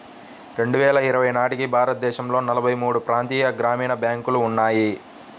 రెండు వేల ఇరవై నాటికి భారతదేశంలో నలభై మూడు ప్రాంతీయ గ్రామీణ బ్యాంకులు ఉన్నాయి